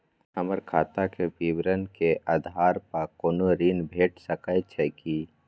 हमर खाता के विवरण के आधार प कोनो ऋण भेट सकै छै की?